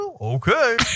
Okay